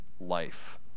life